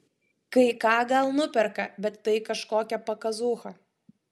kai ką gal nuperka bet tai kažkokia pakazūcha